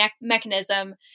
mechanism